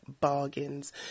bargains